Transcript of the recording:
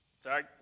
Sorry